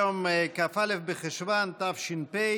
היום כ"א בחשוון התש"ף,